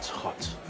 hot.